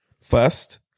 first